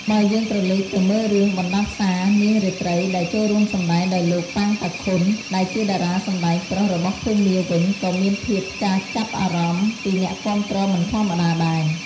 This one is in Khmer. បើយើងក្រឡេកទៅមើលរឿងបណ្ដាសានាងរាត្រីដែលចូលរួមសម្តែងដោយលោក ប៉ាង តាខុន ដែលជាតារាសម្តែងប្រុសរបស់ភូមាវិញក៏មានភាពការចាប់អារម្មណ៍ពីអ្នកគាំទ្រមិនធម្មតាដែរ ។